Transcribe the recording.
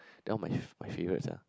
the one my f~ that one my favourite sia